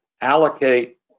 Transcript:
allocate